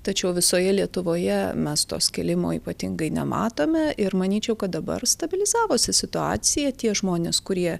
tačiau visoje lietuvoje mes to skilimo ypatingai nematome ir manyčiau kad dabar stabilizavosi situacija tie žmonės kurie